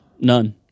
None